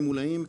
ממולאים,